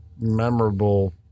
memorable